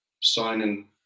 Signing